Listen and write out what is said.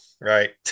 right